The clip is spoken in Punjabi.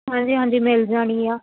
ਹਾਂਜੀ ਹਾਂਜੀ ਮਿਲ ਜਾਣੀ ਗਈਆਂ